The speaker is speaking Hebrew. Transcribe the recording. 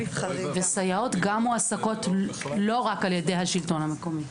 סייעות גם מועסקות לא רק על ידי השלטון המקומי.